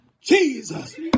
jesus